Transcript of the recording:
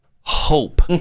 hope